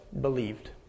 believed